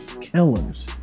killers